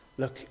look